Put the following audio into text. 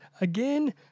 again